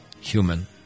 Human